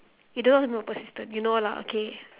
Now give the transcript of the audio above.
you don't know what's the meaning of persistent you know lah okay